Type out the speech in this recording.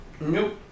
Nope